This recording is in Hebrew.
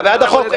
אתה בעד החוק?